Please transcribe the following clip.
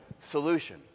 solution